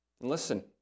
Listen